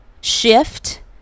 shift